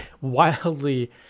wildly